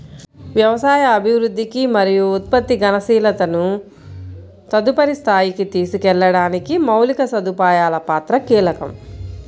వ్యవసాయ అభివృద్ధికి మరియు ఉత్పత్తి గతిశీలతను తదుపరి స్థాయికి తీసుకెళ్లడానికి మౌలిక సదుపాయాల పాత్ర కీలకం